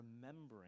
remembering